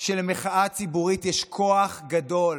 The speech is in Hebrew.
שלמחאה ציבורית יש כוח גדול.